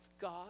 God